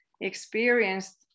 experienced